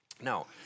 Now